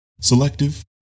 selective